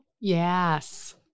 yes